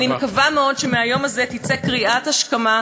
אני מקווה מאוד שמהיום הזה תצא קריאת השכמה,